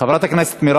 חברת הכנסת מרב